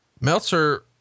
Meltzer